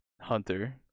Hunter